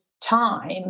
time